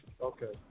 Okay